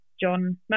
John